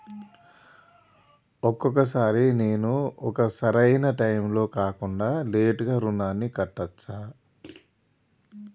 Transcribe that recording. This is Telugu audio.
ఒక్కొక సారి నేను ఒక సరైనా టైంలో కాకుండా లేటుగా రుణాన్ని కట్టచ్చా?